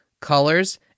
colors